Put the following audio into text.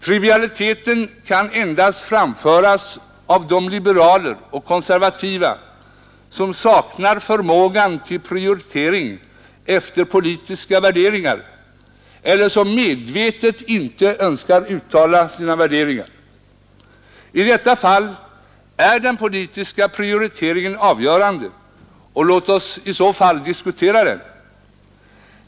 Trivialiteten kan endast framföras av de liberaler och konservativa som saknar förmågan till prioritering efter politiska värderingar, eller som medvetet inte önskar uttala sina värderingar. I detta fall är den politiska prioriteringen avgörande, och låt oss då diskutera den.